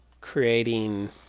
creating